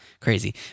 crazy